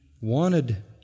wanted